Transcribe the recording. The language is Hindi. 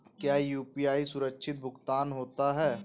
क्या यू.पी.आई सुरक्षित भुगतान होता है?